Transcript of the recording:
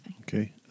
Okay